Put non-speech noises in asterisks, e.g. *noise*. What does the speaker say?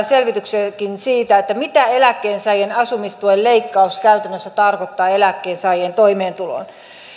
*unintelligible* selvityksiäkin mitä eläkkeensaajien asumistuen leikkaus käytännössä tarkoittaa eläkkeensaajien toimeentulolle